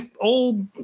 old